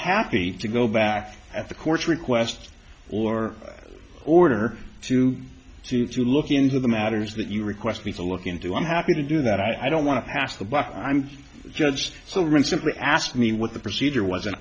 happy to go back at the court's request or order to to to look into the matters that you request me to look into i'm happy to do that i don't want to pass the buck i'm judged so recently asked me what the procedure was